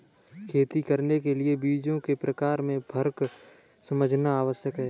खेती करने के लिए बीजों के प्रकार में फर्क समझना आवश्यक है